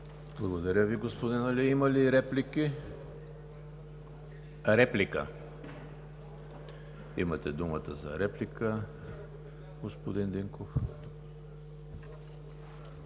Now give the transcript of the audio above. Благодаря Ви, господин Али. Има ли реплики? Имате думата за реплика, господин Динков.